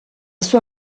sua